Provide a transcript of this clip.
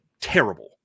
terrible